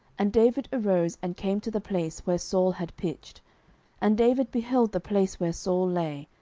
and david arose, and came to the place where saul had pitched and david beheld the place where saul lay,